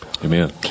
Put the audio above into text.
Amen